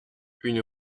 une